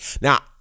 Now